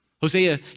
Hosea